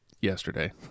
yesterday